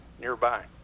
nearby